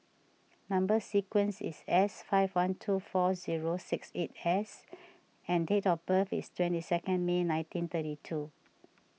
Number Sequence is S five one two four zero six eight S and date of birth is twenty second May nineteen thirty two